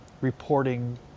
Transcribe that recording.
reporting